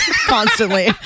Constantly